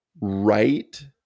right